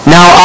Now